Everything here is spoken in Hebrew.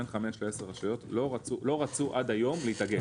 בין חמש ל-10 רשויות לא רצו עד היום להתאגד.